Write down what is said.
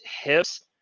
hips